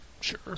Sure